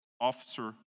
officer